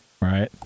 right